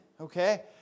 okay